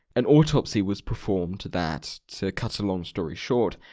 an autopsy was performed to that. to cut a long story short,